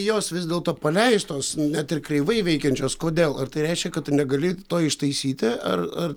jos vis dėlto paleistos net ir kreivai veikiančios kodėl ar tai reiškia kad tu negali to ištaisyti ar ar